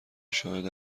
شاهد